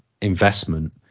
investment